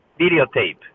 videotape